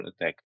attack